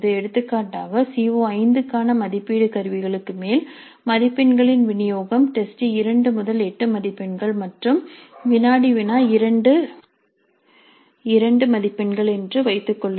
எடுத்துக்காட்டாக C O க்கான மதிப்பீட்டு கருவிகளுக்கு மேல் மதிப்பெண்களின் விநியோகம் டெஸ்ட் 2 8 மதிப்பெண்கள் மற்றும் வினாடி வினா 2 2 மதிப்பெண்கள் என்று வைத்துக் கொள்ளுங்கள்